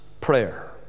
prayer